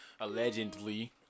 Allegedly